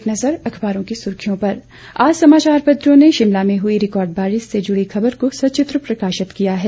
एक नज़र अखबारों की सुर्खियों पर आज समाचार पत्रों ने शिमला में हुई रिकार्ड बारिश से जुड़ी खबर को सचित्र प्रकाशित किया है